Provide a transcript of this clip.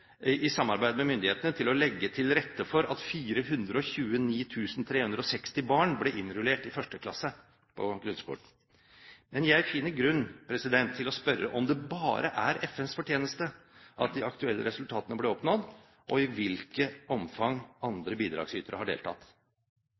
i samarbeid med myndighetene, til å legge til rette for at 429 360 barn ble innrullert i første klasse i grunnskolen. Men jeg finner grunn til å spørre om det bare er FNs fortjeneste at de aktuelle resultatene ble oppnådd, og i hvilket omfang